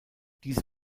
diese